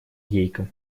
гейка